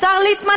השר ליצמן,